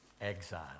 exile